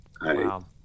Wow